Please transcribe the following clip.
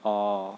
oh